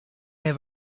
have